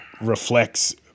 reflects